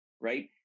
right